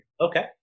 Okay